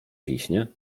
wiśnie